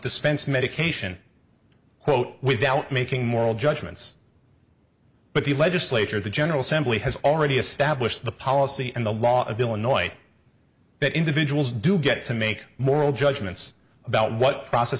dispense medication quote without making moral judgments but the legislature the general assembly has already established the policy and the law of illinois that individuals do get to make moral judgments about what process